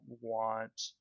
want